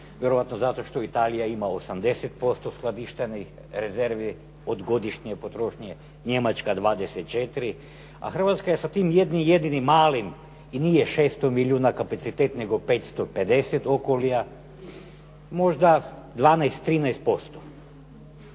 Vjerojatno zato što Italija ima 80% skladištenih rezervi od godišnje potrošnje, Njemačka 24, a Hrvatska je sa tim jednim jedinim malim i nije 600 milijuna kapacitet nego 550 Okolija, možda 12, 13%.